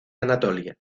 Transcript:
anatolia